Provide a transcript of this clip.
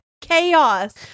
chaos